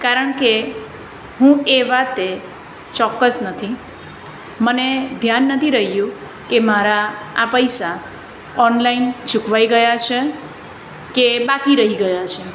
કારણ કે હું એ વાતે ચોક્કસ નથી મને ધ્યાન નથી રહ્યું કે મારા આ પૈસા ઓનલાઈન ચૂકવાઈ ગયા છે કે બાકી રહી ગયા છે